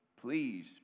please